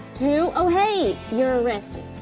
two, oh hey, you're arrested.